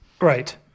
Right